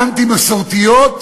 האנטי-מסורתיות,